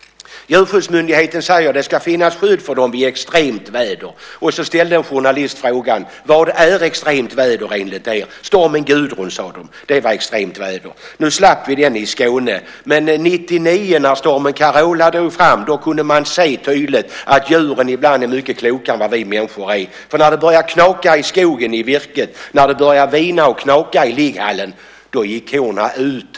Djurskyddsmyndigheten säger att det ska finnas skydd för djuren vid extremt väder. En journalist ställde frågan: Vad är extremt väder enligt er? Stormen Gudrun, sade de. Det är extremt väder. Nu slapp vi den nere i Skåne, men år 1999, då stormen Carola drog fram så kunde man tydligt se att djuren ibland är mycket klokare än vad vi människor är. När det började knaka i virket i skogen och när det började vina och knaka i ligghallen så gick korna ut.